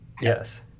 Yes